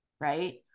right